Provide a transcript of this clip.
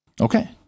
Okay